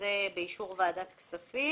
שזה באישור ועדת הכספים.